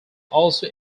also